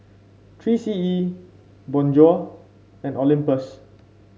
Three C E Bonjour and Olympus